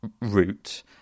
route